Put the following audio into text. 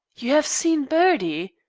you have seen bertie?